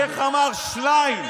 איך אמר שליין?